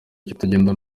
kitagenda